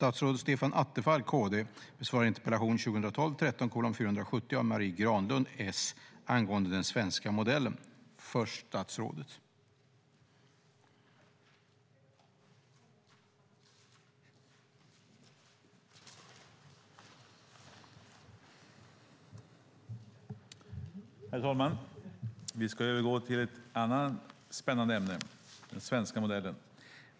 Herr talman! Vi ska övergå till ett annat spännande ämne, den svenska modellen.